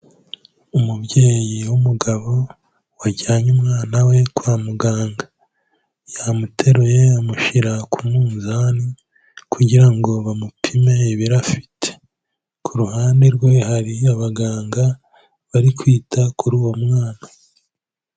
Umubyeyi w'umugabo wajyanye umwana we kwa muganga, yamuteruye amushyira ku munzani kugira ngo bamupime ibiro afite, ku ruhande rwe hari abaganga bari kwita kuri uwo mwana.